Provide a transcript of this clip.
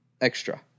extra